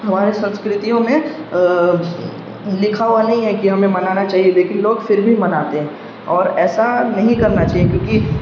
ہمارے سنسکرتیوں میں لکھا ہوا نہیں ہے کہ ہمیں منانا چاہیے لیکن لوگ پھر بھی مناتے ہیں اور ایسا نہیں کرنا چاہیے کیونکہ